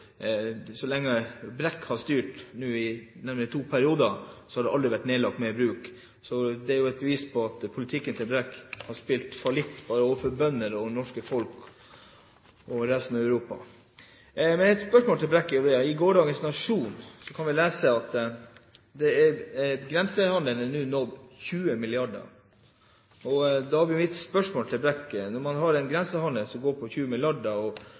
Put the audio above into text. Så lenge Brekk har styrt, nemlig i to perioder, har det aldri vært nedlagt flere bruk. Så det er jo et bevis på at politikken til Brekk har spilt fallitt overfor både bønder, det norske folk og resten av Europa. Jeg har et spørsmål til Brekk. I gårsdagens Nationen kan vi lese at grensehandelen nå har nådd 20 mrd. kr. Da blir mitt spørsmål: Når man har en grensehandel som er oppe i 20 mrd. kr, og